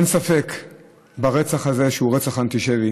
אין ספק שהרצח הזה הוא רצח אנטישמי.